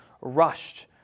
rushed